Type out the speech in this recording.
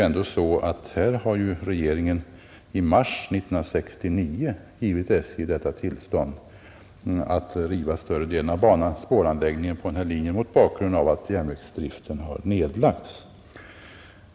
I detta fall gav regeringen i mars 1969 SJ tillstånd att riva spårläggningen på större delen av denna linje mot bakgrunden av att järnvägsdriften nedlagts.